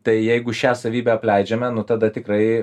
tai jeigu šią savybę apleidžiame nu tada tikrai